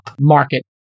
market